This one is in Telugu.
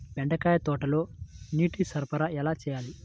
బెండకాయ తోటలో నీటి సరఫరా ఎలా చేయాలి?